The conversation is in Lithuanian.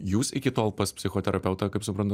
jūs iki tol pas psichoterapeutą kaip suprantu